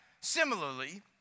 Similarly